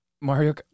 Mario